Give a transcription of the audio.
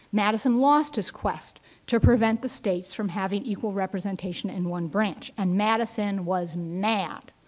madison lost his quest to prevent the states from having equal representation in one branch. and madison was mad.